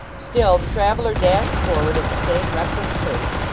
still, the traveller dashed forward at the same reckless pace,